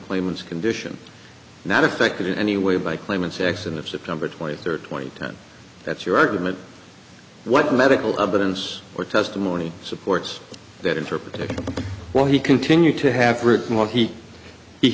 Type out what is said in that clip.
claimants condition not affected in any way by claimants x and if september twenty third twenty then that's your argument what medical evidence or testimony supports that interpretation while he continued to have written what he he